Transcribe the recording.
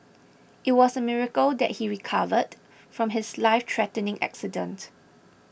it was a miracle that he recovered from his life threatening accident